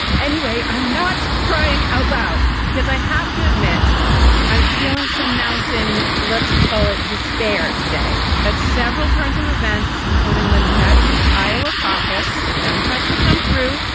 anyway, i'm not crying out loud because i have to admit i'm feeling some mounting let's call it despair today at several turns of events, including the nutty iowa caucus democrats will come through,